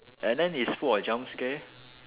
and then it's full of jump scare